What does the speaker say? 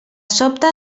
sobte